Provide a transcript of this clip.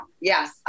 Yes